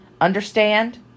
Understand